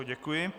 Děkuji.